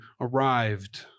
arrived